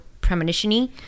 Premonition-y